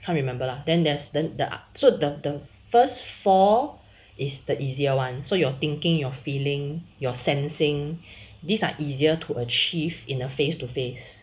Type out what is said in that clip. can't remember lah then there's the the ah so then the first four is the easier [one] so your thinking your feeling your sensing these are easier to achieve in a face to face